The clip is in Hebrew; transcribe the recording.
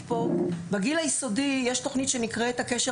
בגיל היסודי יש תוכנית שנקראת "קשר